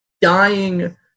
dying